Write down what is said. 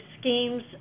schemes